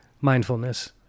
mindfulness